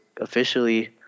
officially